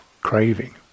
craving